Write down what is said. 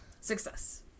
Success